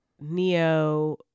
neo